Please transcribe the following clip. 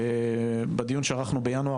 בדיון שערכנו בינואר,